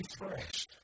refreshed